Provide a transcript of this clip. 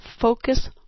focus